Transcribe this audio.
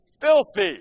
filthy